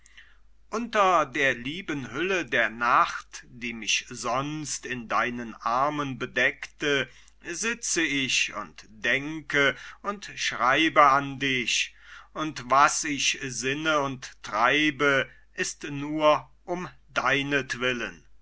unter der lieben hülle der nacht die mich sonst in deinen armen bedeckte sitze ich und denke und schreibe an dich und was ich sinne und treibe ist nur um